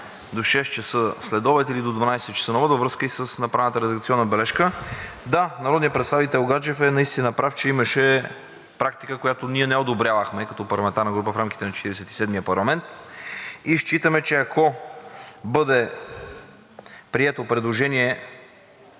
до 18,00 ч., или до 12,00 ч. на обяд, във връзка и с направената редакционна бележка. Да, народният представител Гаджев е наистина прав, че имаше практика, която ние не одобрявахме като парламентарна група в рамките на 47-ия парламент и считаме, че ако бъде прието предложение